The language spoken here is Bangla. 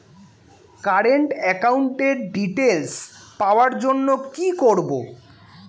কারেন্ট একাউন্টের ডিটেইলস পাওয়ার জন্য কি করব?